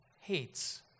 hates